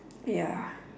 ya